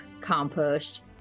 compost